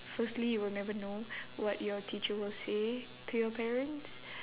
firstly you will never know what your teacher will say to your parents